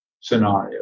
scenario